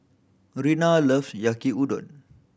Rena love Yaki Udon